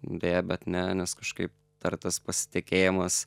deja bet ne nes kažkaip dar tas pasitikėjimas